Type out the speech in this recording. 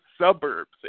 Suburbs